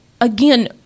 again